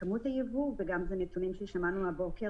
בכמות היבוא וגם בנתונים ששמענו הבוקר